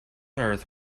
earth